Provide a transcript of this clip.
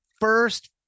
first